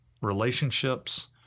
relationships